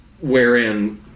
wherein